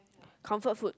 comfort food